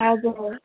हजुर